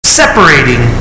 separating